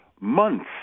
months